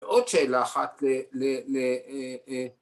‫עוד שאלה אחת.